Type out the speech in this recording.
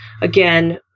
again